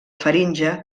faringe